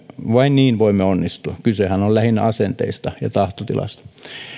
vain niin voimme onnistua kysehän on lähinnä asenteista ja tahtotilasta